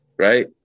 Right